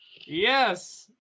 Yes